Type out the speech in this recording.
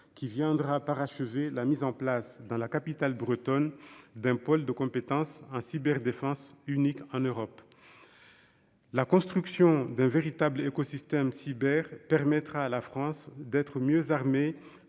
qui viendra parachever la mise en place, dans la capitale bretonne, d'un pôle de compétence en cyberdéfense unique en Europe. La construction d'un véritable écosystème cyber permettra à la France d'être mieux armée